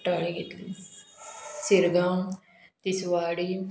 Cortalim Shirgaon Tiswadi